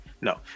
no